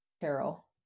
Carol